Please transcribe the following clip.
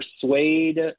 persuade